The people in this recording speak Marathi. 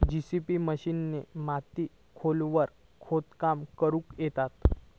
जेसिबी मशिनीन मातीत खोलवर खोदकाम करुक येता